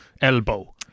elbow